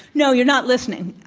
no. you're not listening.